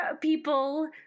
people